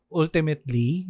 ultimately